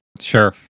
Sure